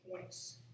points